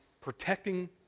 protecting